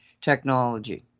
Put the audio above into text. technology